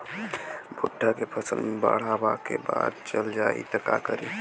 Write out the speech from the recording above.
भुट्टा के फसल मे बाढ़ आवा के बाद चल जाई त का करी?